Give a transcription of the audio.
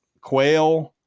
quail